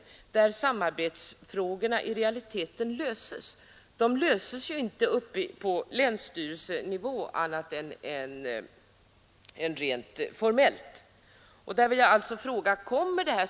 Det är ju där samarbetsfrågorna i realiteten löses och inte på länsstyrelsenivå annat än rent formellt.